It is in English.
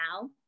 now